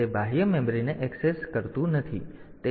તેથી તે બાહ્ય મેમરીને ઍક્સેસ કરતું નથી